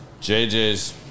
JJ's